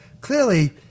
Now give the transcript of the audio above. clearly